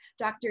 Dr